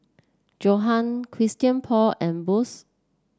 Johan Christian Paul and Bose